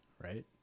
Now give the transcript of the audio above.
right